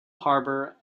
harbor